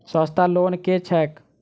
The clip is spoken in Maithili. सस्ता लोन केँ छैक